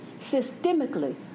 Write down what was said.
systemically